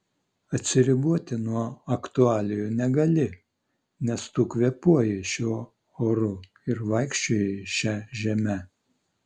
atsiriboti nuo aktualijų negali nes tu kvėpuoji šiuo oru ir vaikščioji šia žeme